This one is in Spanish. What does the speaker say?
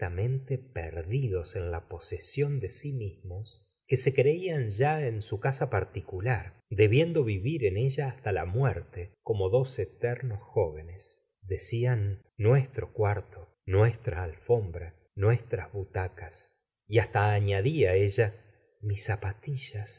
completamente perdidos en la posesión de si mismos que se creian ya en su casa particular debiendo vivir en ella hasta la muerte como dos eternos jóvenes decían nuestro cuarto nuestra alfombra nuestras butacas y hasta añadía ella mis zapatillas